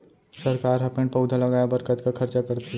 सरकार ह पेड़ पउधा लगाय बर कतका खरचा करथे